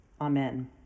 Amen